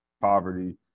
poverty